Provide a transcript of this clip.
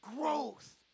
growth